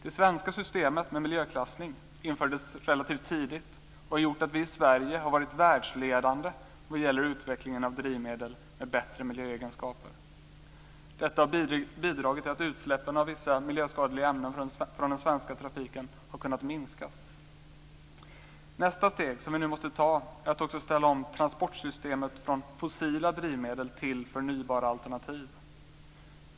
Det svenska systemet med miljöklassning infördes relativt tidigt och har gjort att vi i Sverige har varit världsledande vad gäller utvecklingen av drivmedel med bättre miljöegenskaper. Detta har bidragit till att utsläppen av vissa miljöskadliga ämnen från den svenska trafiken har kunnat minskas. Nästa steg som vi nu måste ta är att också ställa om transportsystemet från fossila drivmedel till förnybara alternativ.